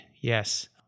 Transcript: yes